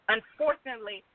Unfortunately